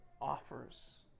offers